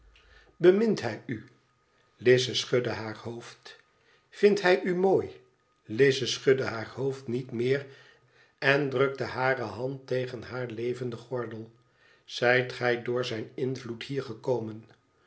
bemint hij u lize schudde haar hoofd t vindt hij u mooi lize schudde haar hoofd niet meer en drukte hare hand tegen haar levenden gordel tzijt gij door zijn invloed hier gekomen